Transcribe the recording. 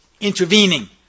intervening